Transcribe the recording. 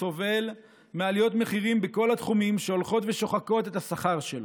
הוא סובל מעליות מחירים בכל התחומים שהולכות ושוחקות את השכר שלו: